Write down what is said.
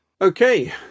okay